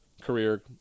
career